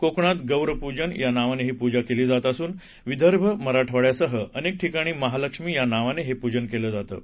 कोकणात गौर पूजन या नावाने ही पूजा केली जात असून विदर्भ मराठवाङ्यासह अनेक ठिकाणी महालक्ष्मी या नावाने हे पूजन केले जाते